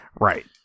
Right